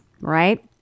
right